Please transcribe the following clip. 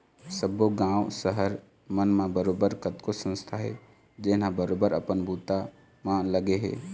सब्बे गाँव, सहर मन म बरोबर कतको संस्था हे जेनहा बरोबर अपन बूता म लगे हे